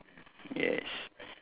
yes